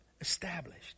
Established